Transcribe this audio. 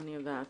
אני יודעת.